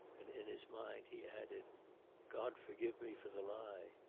and in his mind he added god forgive me for the lie.